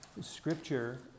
Scripture